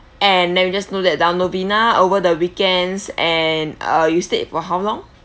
and let me just note that down novena over the weekends and uh you stayed for how long